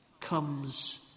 comes